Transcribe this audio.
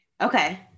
okay